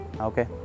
Okay